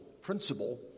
principle